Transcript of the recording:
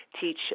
teach